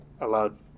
allowed